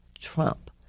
Trump